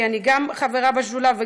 כי אני גם חברה בשדולה,